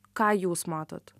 ką jūs matot